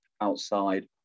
outside